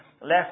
left